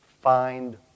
find